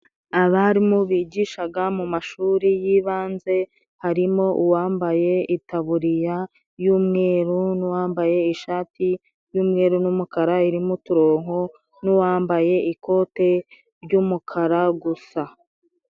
Abarimu bigishaga mu mashuri y'ibanze harimo uwambaye itaburiya y'umweru, n'uwambaye ishati y'umweru n'umukara irimo uturonko, n'uwambaye ikote ry'umukara gusa.